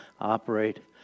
operate